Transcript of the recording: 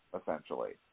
essentially